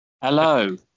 Hello